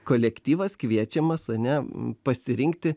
kolektyvas kviečiamas ane pasirinkti